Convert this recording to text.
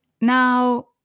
Now